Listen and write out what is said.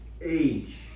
age